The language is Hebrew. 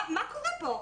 מה קורה פה?